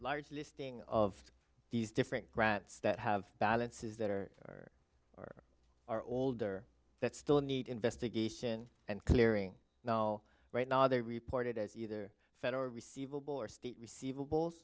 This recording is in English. large listing of these different grants that have balances that are or are older that still need investigation and clearing now right now are they reported as either federal receivable or state receiv